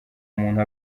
umuntu